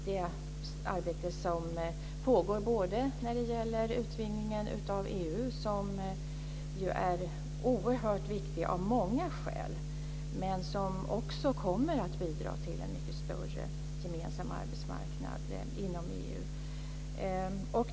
Det arbete som pågår när det gäller utvidgningen av EU är oerhört viktigt av många skäl och kommer att bidra till en mycket större gemensam arbetsmarknad inom EU.